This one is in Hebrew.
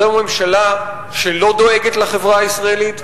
זו ממשלה שלא דואגת לחברה הישראלית,